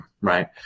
Right